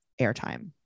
airtime